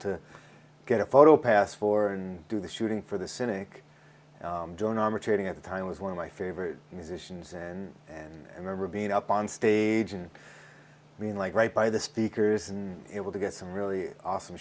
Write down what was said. to get a photo pass for and do the shooting for the cynic training at the time was one of my favorite musicians and and i remember being up on stage and i mean like right by the speakers and it will to get some really awesome